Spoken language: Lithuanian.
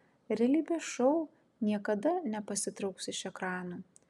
realybės šou niekada nepasitrauks iš ekranų